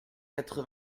quatre